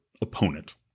opponent